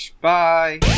Bye